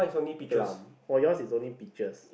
plum oh yours is only peached